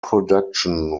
production